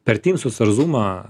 per tymsus ir zūmą